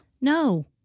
No